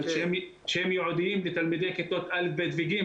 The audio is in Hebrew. אני יודע על 5,000 תלמידים שאין להם אמצעי קצה כדי להתחבר וללמוד.